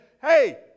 hey